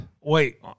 Wait